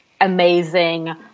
amazing